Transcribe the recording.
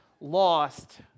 lost